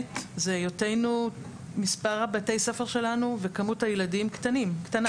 המובנית זה היות מספר בתי הספר שלנו וכמות הילדים הקטנה.